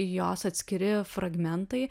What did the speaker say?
jos atskiri fragmentai